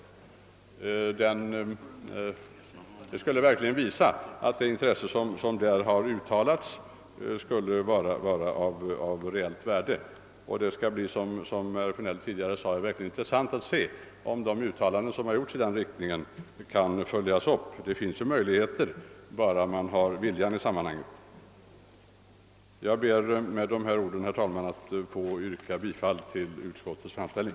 Detta skulle verkligen visa att det intresse som har uttalats skulle vara av reellt värde. Det skall — som herr Sjönell sade — verkligen bli intressant att se om de uttalanden som gjorts i den riktningen kan följas upp. Det finns möjligheter, om bara viljan inte saknas. Jag ber, herr talman, att med dessa ord få yrka bifall till utskottets hemställan.